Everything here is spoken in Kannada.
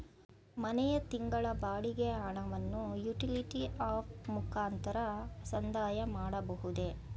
ಮನೆಯ ತಿಂಗಳ ಬಾಡಿಗೆ ಹಣವನ್ನು ಯುಟಿಲಿಟಿ ಆಪ್ ಮುಖಾಂತರ ಸಂದಾಯ ಮಾಡಬಹುದೇ?